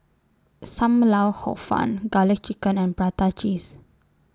SAM Lau Hor Fun Garlic Chicken and Prata Cheese